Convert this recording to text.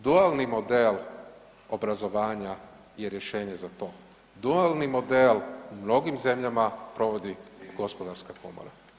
Dualni model obrazovanja je rješenje za to, dualni model u mnogim zemljama provodi gospodarska komora.